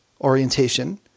orientation